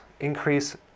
increase